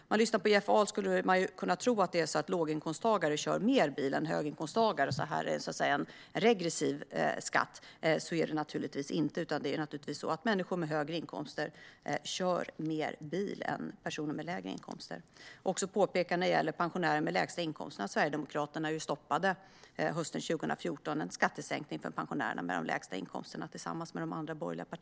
Om man lyssnar på Jeff Ahl skulle man kunna tro att låginkomsttagare kör mer bil än höginkomsttagare, så att det här är en regressiv skatt. Så är det naturligtvis inte, utan det är naturligtvis så att människor med högre inkomster kör mer bil än personer med lägre inkomster. Jag har också ett påpekande när det gäller pensionärerna med de lägsta inkomsterna. Hösten 2014 stoppade Sverigedemokraterna tillsammans med de andra borgerliga partierna en skattesänkning för pensionärerna med de lägsta inkomsterna.